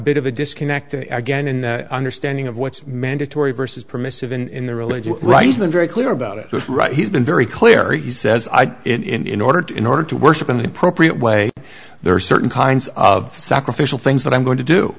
bit of a disconnect again in the understanding of what's mandatory versus permissive in the religious right has been very clear about it he's been very clear he says i in order to in order to worship in the appropriate way there are certain kinds of sacrificial things that i'm going to do